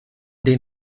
den